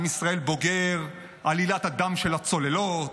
עם ישראל בוגר עלילת הדם של הצוללות.